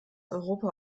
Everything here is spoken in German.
europa